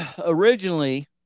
originally